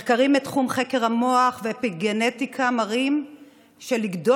מחקרים מתחום חקר המוח ואפיגנטיקה מראים שלגדול